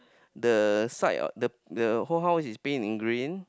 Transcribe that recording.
the slide the whole house is been in green